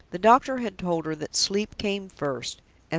the doctor had told her that sleep came first,